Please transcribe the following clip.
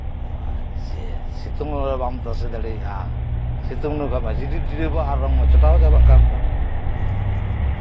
ᱵᱟᱡᱮ ᱥᱤᱛᱩᱝ ᱨᱮ ᱵᱟᱢ ᱛᱟᱥᱮ ᱫᱟᱲᱮᱭᱟᱜᱼᱟ ᱥᱤᱛᱩᱝ ᱨᱮᱢᱟ ᱡᱷᱤᱨᱤᱠ ᱡᱷᱤᱨᱤᱠ ᱨᱚᱝ ᱢᱟ ᱪᱚᱴᱟᱣ ᱪᱟᱵᱟ ᱠᱟᱱ ᱛᱟᱢᱟ